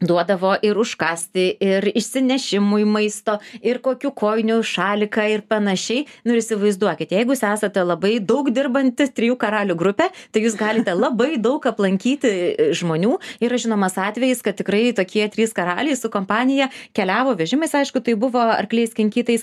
duodavo ir užkąsti ir išsinešimui maisto ir kokių kojinių šaliką ir panašiai nu ir įsivaizduokit jeigu esate labai daug dirbanti trijų karalių grupė tai jūs galite labai daug aplankyti žmonių yra žinomas atvejis kad tikrai tokie trys karaliai su kompanija keliavo vežimais aišku tai buvo arkliais kinkytais